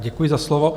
Děkuji za slovo.